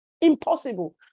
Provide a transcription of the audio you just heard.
Impossible